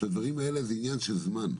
שהדברים האלה זה עניין של זמן.